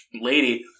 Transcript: lady